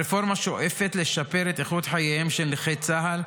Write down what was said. הרפורמה שואפת לשפר את איכות חייהם של נכי צה"ל,